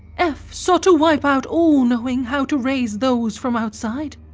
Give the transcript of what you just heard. f. soughte to wipe out all know'g howe to raise those from outside.